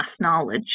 knowledge